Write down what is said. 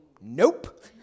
nope